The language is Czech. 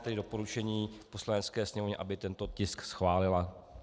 Tedy doporučení Poslanecké sněmovně, aby tento tisk schválila.